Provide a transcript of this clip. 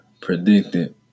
predicted